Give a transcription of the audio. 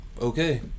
Okay